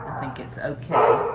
think it's okay.